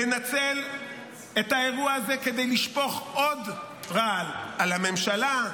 לנצל את האירוע הזה כדי לשפוך עוד רעל על הממשלה,